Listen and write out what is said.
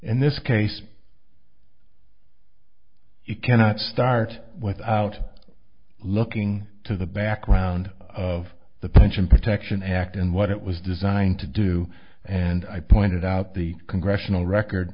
in this case you cannot start without looking to the background of the pension protection act and what it was designed to do and i pointed out the congressional record